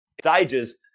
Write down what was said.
stages